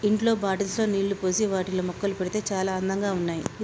ఇంట్లో బాటిల్స్ లో నీళ్లు పోసి వాటిలో మొక్కలు పెడితే చాల అందంగా ఉన్నాయి